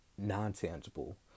non-tangible